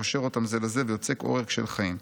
קושר אותם זה לזה ויוצר עורק של חיים.